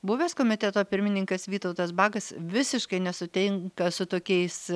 buvęs komiteto pirmininkas vytautas bakas visiškai nesutinka su tokiais